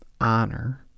honor